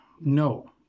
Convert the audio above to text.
no